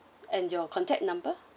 and your contact number